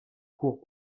cours